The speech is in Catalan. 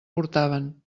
portaven